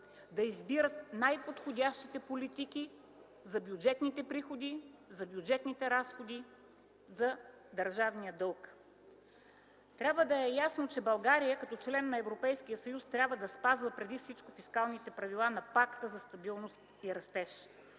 да избират най-подходящите политики за бюджетните приходи, за бюджетните разходи, за държавния дълг. Трябва да е ясно, че България като член на Европейския съюз трябва да спазва преди всичко фискалните правила на Пакта за стабилност и растеж,